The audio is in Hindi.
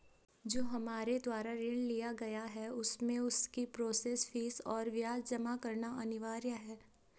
जो हमारे द्वारा ऋण लिया गया है उसमें उसकी प्रोसेस फीस और ब्याज जमा करना अनिवार्य है?